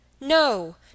No